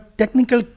technical